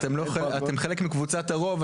אתם חלק מקבוצת הרוב,